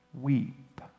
weep